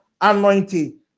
anointing